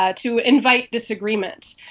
ah to invite disagreement,